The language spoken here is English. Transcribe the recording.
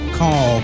call